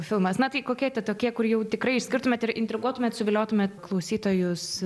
filmas na tai kokie tie tokie kur jau tikrai išskirtumėt ir intriguotumėt suviliotumėt klausytojus